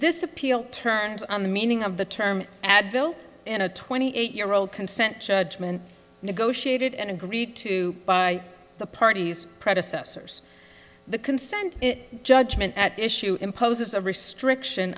this appeal turns on the meaning of the term advil in a twenty eight year old consent judgment negotiated and agreed to by the party's predecessors the consent judgment at issue imposes a restriction